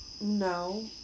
no